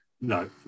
No